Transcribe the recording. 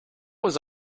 was